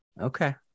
Okay